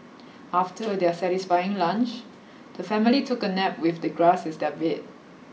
after their satisfying lunch the family took a nap with the grass as their bed